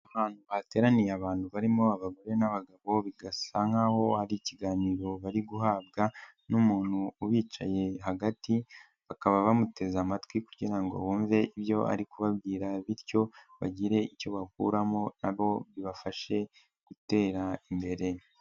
Ahantu hateraniye abantu barimo abagore n'abagabo, bisa nk'aho hari ikiganiro bari guhabwa n'umuntu ubicaye hagati, bakaba bamuteze amatwi kugira ngo bumve ibyo ari kubabwira bityo bagire icyo bakuramo nabo bibafashe gutera imbere.